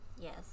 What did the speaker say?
Yes